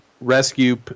rescue